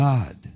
God